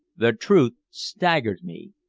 the truth staggered me.